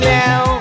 now